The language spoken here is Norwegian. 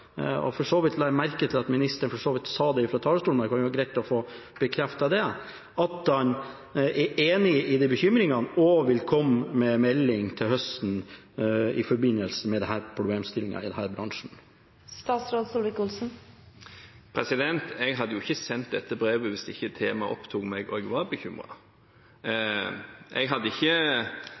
la merke til at ministeren for så vidt sa det fra talerstolen i stad, men det kan være greit å få bekreftet at han er enig i bekymringene og vil komme med en melding til høsten om problemstillingene i denne bransjen. Jeg hadde ikke sendt dette brevet hvis ikke temaet opptok meg og jeg var bekymret. Jeg hadde ikke